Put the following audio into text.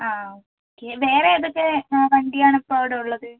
ആ ആ ഓക്കേ വേറെ ഏതൊക്കെ വണ്ടിയാണ് ഇപ്പോൾ അവിടെ ഉള്ളത്